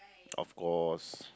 of course